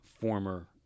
former